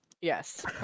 Yes